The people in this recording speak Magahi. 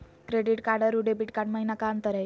क्रेडिट कार्ड अरू डेबिट कार्ड महिना का अंतर हई?